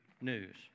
news